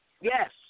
Yes